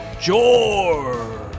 George